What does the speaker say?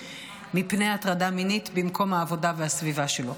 מפני הטרדה מינית במקום העבודה והסביבה שלהם.